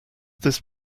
this